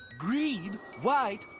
green, white,